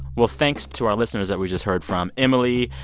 well, thanks to our listeners that we just heard from emily,